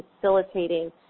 facilitating